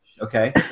okay